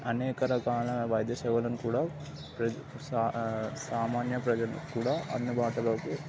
అనేక రకాల వైద్య సేవలను కూడా సామాన్య ప్రజలు కూడా అందుబాటులోకి